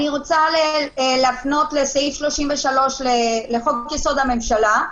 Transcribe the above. אני רוצה להפנות לסעיף 33 בחוק יסוד: הממשלה,